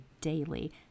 daily